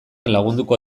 lagunduko